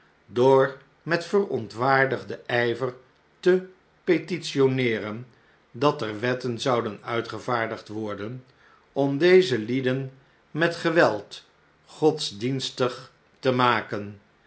door met verontwaardigden ijver te petitioneeren dat er wetten zouden uitgevaardigd worden om deze lieden met geweld godsdienstig te maken